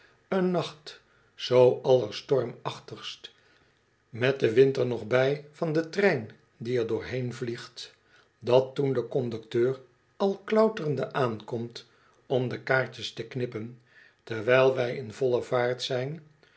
een nacht zoo allerstormachtigst met den wind er nog bij van den trein die er doorheen vliegt dat toen de conducteur al klauterende aankomt om de kaartjes te knippen terwijl wij in volle vaart zijn